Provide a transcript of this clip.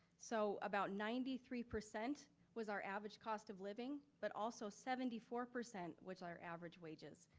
so about ninety three percent was our average cost of living, but also seventy four percent was our average wages.